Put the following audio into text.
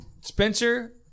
Spencer